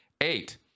Eight